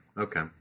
okay